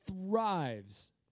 thrives